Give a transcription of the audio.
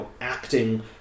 acting